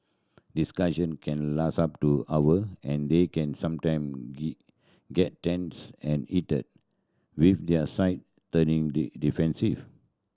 discussion can last up to hour and they can sometime get tense and heated with their side turning defensive